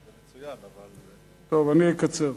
מצוין, אבל, טוב, אני אקצר.